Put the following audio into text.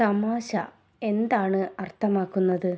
തമാശ എന്താണ് അർത്ഥമാക്കുന്നത്